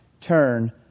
turn